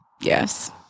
Yes